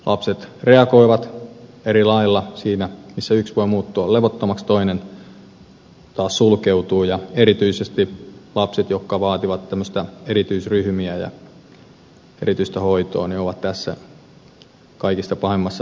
lapset reagoivat eri lailla siinä missä yksi voi muuttua levottomaksi toinen taas sulkeutuu ja erityisesti lapset jotka vaativat tämmöisiä erityisryhmiä ja erityistä hoitoa ovat tässä kaikista pahimmassa tilanteessa